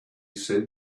said